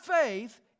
faith